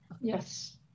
Yes